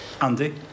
Andy